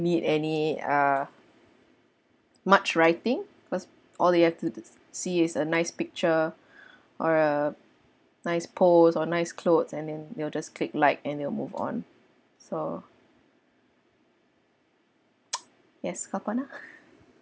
need any uh much writing cause all you have to is see is a nice picture or a nice pose or nice clothes and then they will just click like and they'll move on so yes